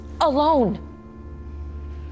alone